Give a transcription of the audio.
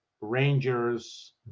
Rangers